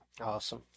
Awesome